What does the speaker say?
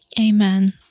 Amen